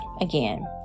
again